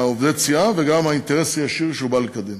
עובד הסיעה וגם האינטרס הישיר שהוא בא לקדם.